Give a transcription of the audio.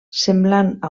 semblant